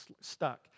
stuck